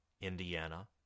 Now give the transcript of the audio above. Indiana